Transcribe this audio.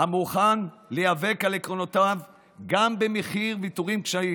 המוכן להיאבק על עקרונותיו גם במחיר ויתורים קשים.